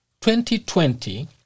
2020